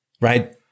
Right